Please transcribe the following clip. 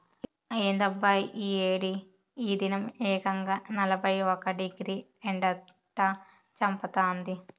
ఏందబ్బా ఈ ఏడి ఈ దినం ఏకంగా నలభై ఒక్క డిగ్రీ ఎండట చంపతాంది